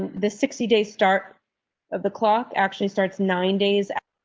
the sixty day start of the clock actually starts nine days.